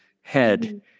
head